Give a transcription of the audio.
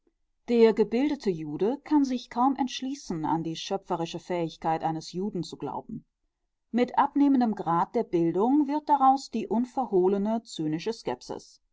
der gebildete jude kann sich kaum entschließen an die schöpferische fähigkeit eines juden zu glauben mit abnehmendem grad der bildung wird daraus die unverhohlene zynische skepsis